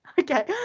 okay